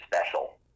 special